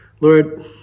Lord